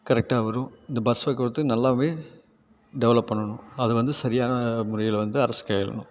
கரெக்டாக வரும் இந்த பஸ் போக்குவரத்து நல்லாவே டெவலப் பண்ணணும் அதைவந்து சரியான முறையில் வந்து அரசு கையாளணும்